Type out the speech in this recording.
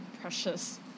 precious